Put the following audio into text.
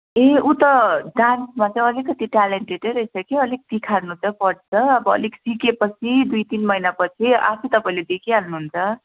ए ऊ त डान्समा चाहिँ अलिकति टेलेन्टेडै रहेछ कि अलिक तिखार्नु चाहिँ पर्छ अब अलिक सिकेपछि दुई तिन महिनापछि आफै तपाईँले देखिहाल्नु हुन्छ